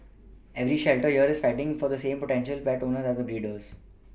every shelter here is fighting for the same potential pet owners as the breeders